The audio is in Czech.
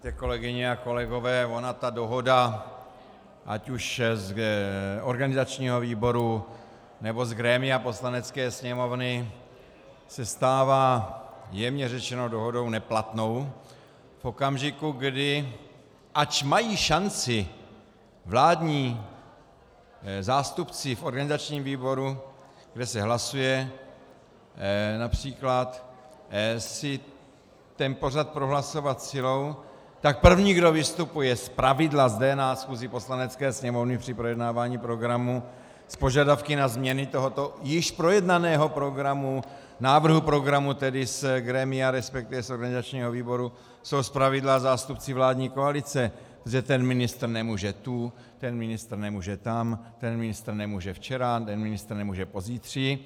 Víte, kolegyně a kolegové, ona ta dohoda ať už z organizačního výboru, nebo z grémia Poslanecké sněmovny se stává jemně řečeno dohodou neplatnou v okamžiku, kdy, ač mají šanci vládní zástupci v organizačním výboru, kde se hlasuje, například si pořad prohlasovat silou, tak první, kdo vystupuje zpravidla zde na schůzi Poslanecké sněmovny při projednávání programu s požadavky na změny tohoto již projednaného programu, návrhu programu tedy z grémia, resp. z organizačního výboru, jsou zpravidla zástupci vládní koalice, že ten ministr nemůže tu, ten ministr nemůže tam, ten ministr nemůže včera, ten ministr nemůže pozítří.